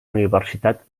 universitat